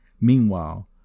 Meanwhile